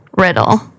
Riddle